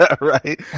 Right